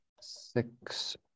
six